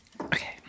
Okay